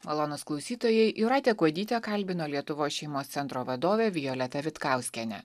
malonūs klausytojai jūratė kuodytė kalbino lietuvos šeimos centro vadovę violetą vitkauskienę